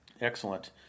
Excellent